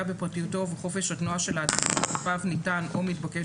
בפרטיותו ובחופש התנועה של האדם שכלפיו ניתן או מתבקש